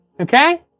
okay